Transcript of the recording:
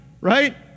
right